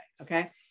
okay